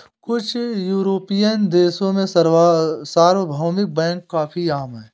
कुछ युरोपियन देशों में सार्वभौमिक बैंक काफी आम हैं